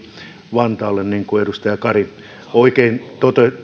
vantaalle niin kuin edustaja kari oikein